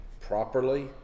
properly